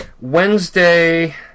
Wednesday